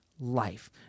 Life